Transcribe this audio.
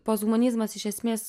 posthumanizmas iš esmės